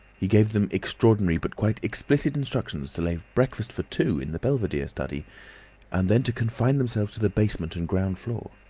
he gave them extraordinary but quite explicit instructions to lay breakfast for two in the belvedere study and then to confine themselves to the basement and ground-floor.